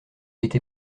été